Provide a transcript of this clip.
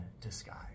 disguise